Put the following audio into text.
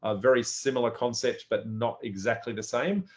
ah very similar concept, but not exactly the same.